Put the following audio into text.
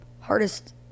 Hardest